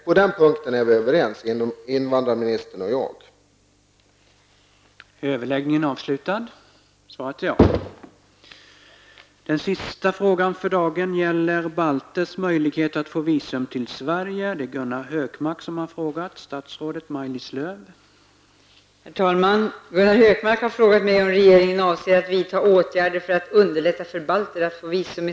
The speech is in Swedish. På den punkten är invandrarministern och jag överens.